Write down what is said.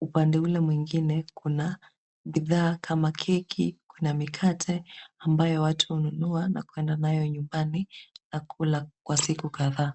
upande ule mwingine, kuna bidhaa kama keki, kuna mikate ambayo watu hununua na kwenda nyumbani na kula kwa siku kadhaa.